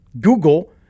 google